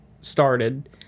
started